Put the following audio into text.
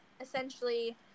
essentially